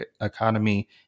economy